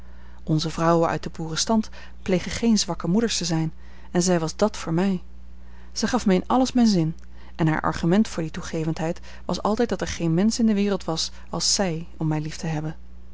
onze vrouwen uit den boerenstand plegen geen zwakke moeders te zijn en zij was dàt voor mij zij gaf mij in alles mijn zin en haar argument voor die toegevendheid was altijd dat er geen mensch in de wereld was als zij om mij lief te hebben